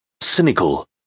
cynical